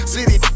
City